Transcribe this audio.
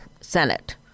Senate